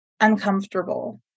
uncomfortable